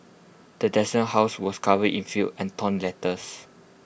the desolated house was covered in filth and torn letters